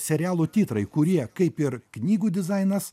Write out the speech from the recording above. serialų titrai kurie kaip ir knygų dizainas